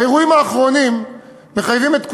האירועים האחרונים מחייבים את כולנו,